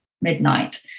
midnight